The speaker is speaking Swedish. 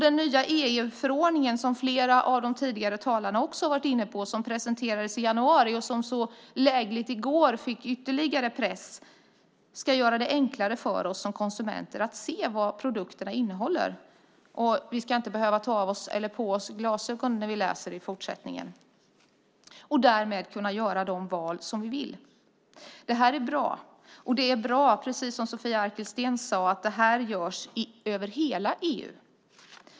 Den nya EU-förordning som presenterades i januari och som flera tidigare talare redan varit inne på - och som så lägligt i går fick ytterligare uppmärksamhet i pressen - ska göra det enklare för oss konsumenter att se vad produkterna innehåller. Vi ska i fortsättningen inte behöva ta på oss, eller av oss, glasögon när vi läser innehållsförteckningen. Därmed ska vi kunna göra de val vi vill. Det är också bra, precis som Sofia Arkelsten sade, att detta sker över hela EU.